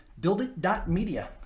buildit.media